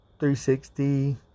360